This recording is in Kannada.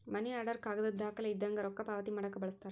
ಮನಿ ಆರ್ಡರ್ ಕಾಗದದ್ ದಾಖಲೆ ಇದ್ದಂಗ ರೊಕ್ಕಾ ಪಾವತಿ ಮಾಡಾಕ ಬಳಸ್ತಾರ